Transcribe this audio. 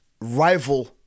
rival